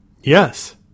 Yes